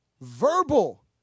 verbal